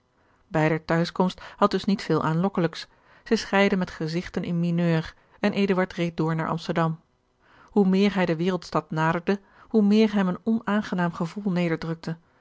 beider tehuiskomst had dus niet veel aanlokkelijks zij scheidden met gezigten in mineur en eduard reed door naar amsterdam hoe meer hij de wereldstad naderde hoe meer hem een onaangenaam gevoel